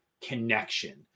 connection